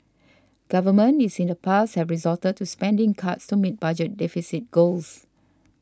governments using in the past have resorted to spending cuts to meet budget deficit goals